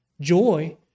Joy